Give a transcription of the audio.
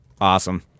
Awesome